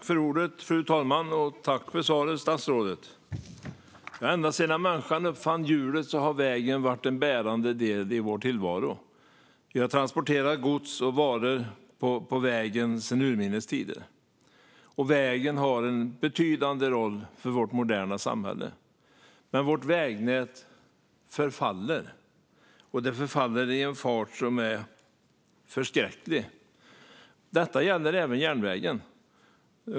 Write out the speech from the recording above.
Fru talman! Jag tackar statsrådet för svaret. Ända sedan människan uppfann hjulet har vägen varit en bärande del i vår tillvaro. Vi har transporterat gods och varor på vägen sedan urminnes tider. Vägen har en betydande roll för vårt moderna samhälle. Men vårt vägnät förfaller i en fart som är förskräcklig. Detta gäller även järnvägen.